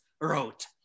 wrote